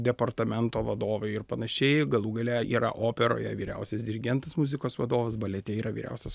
departamento vadovai ir panašiai galų gale yra operoje vyriausias dirigentas muzikos vadovas balete yra vyriausias